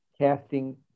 casting